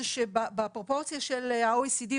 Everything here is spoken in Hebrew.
בפרופורציה של ה-OECD,